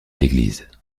l’église